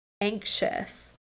anxious